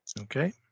Okay